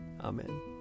Amen